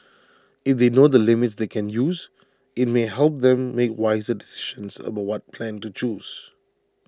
if they know the limits they can use IT may help them make wiser decisions about what plan to choose